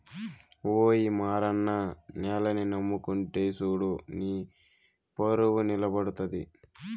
ఓయి మారన్న నేలని నమ్ముకుంటే సూడు నీపరువు నిలబడతది